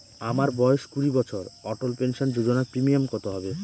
আমার বয়স কুড়ি বছর অটল পেনসন যোজনার প্রিমিয়াম কত হবে?